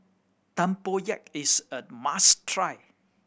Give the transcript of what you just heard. tempoyak is a must try